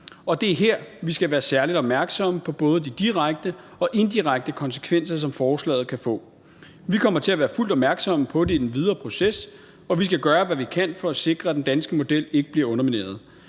Og det er her, vi skal være særligt opmærksomme på både de direkte og indirekte konsekvenser, som forslaget kan få. Vi kommer til at være fuldt opmærksomme på det i den videre proces, og vi skal gøre, hvad vi kan for at sikre, at den danske model ikke bliver undermineret.